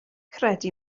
credu